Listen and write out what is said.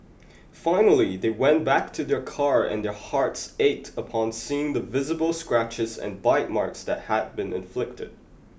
finally they went back to their car and their hearts ached upon seeing the visible scratches and bite marks that had been inflicted